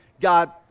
God